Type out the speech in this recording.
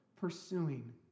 pursuing